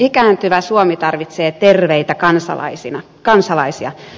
ikääntyvä suomi tarvitsee terveitä kansalaisia